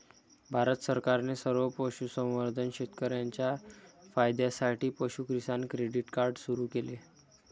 भारत सरकारने सर्व पशुसंवर्धन शेतकर्यांच्या फायद्यासाठी पशु किसान क्रेडिट कार्ड सुरू केले